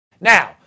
Now